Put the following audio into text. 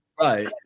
right